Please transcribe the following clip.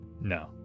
No